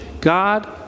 God